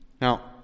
Now